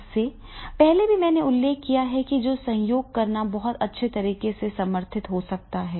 इससे पहले मैंने यह भी उल्लेख किया था कि सहयोग करना बहुत अच्छी तरह से समर्थित हो सकता है